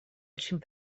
очень